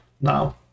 now